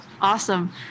Awesome